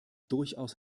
durchaus